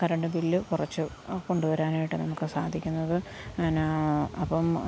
current bill കുറച്ച് കൊണ്ടുവരാനായിട്ട് നമുക്ക് സാധിക്കുന്നത് എന്നാ അപ്പം